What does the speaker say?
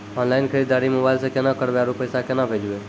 Online खरीददारी mobile से केना करबै, आरु पैसा केना भेजबै?